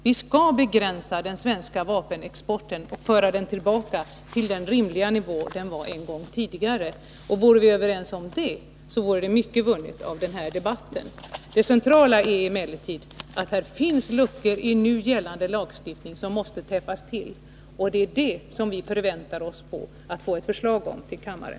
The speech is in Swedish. Vi skall begränsa den svenska vapenexporten och föra den tillbaka till den rimliga nivå där den var en gång tidigare. Vore vi överens om det, vore mycket vunnet med den här debatten. Det centrala är emellertid att det finns luckor i nu gällande lagstiftning som måste täppas till. Vi förväntar oss att få ett förslag om det till kammaren.